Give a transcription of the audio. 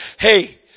Hey